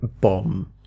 bomb